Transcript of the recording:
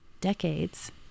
decades